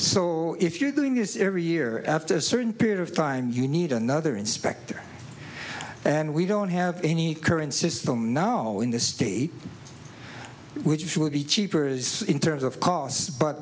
so if you're doing this every year after a certain period of time you need another inspector and we don't have any current system now in the state which will be cheaper is in terms of costs but